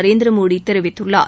நரேந்திரமோடி தெரிவித்துள்ளார்